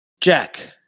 Jack